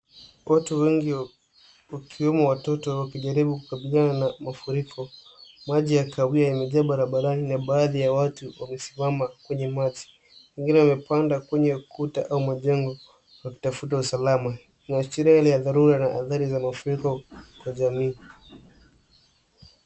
Watu wengi wakiwemo watoto wakijaribu kukabiliana na mafuriko, maji ya kahawia yamejaa barabarani na baadhi ya watu wamesimama kwenye maji. Wengine wamepanda kwenye kuta au majengo wakitafuta usalama. Inaashiria hali ya dharura na athari za mafuriko kwa jamii.